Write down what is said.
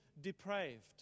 depraved